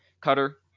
Cutter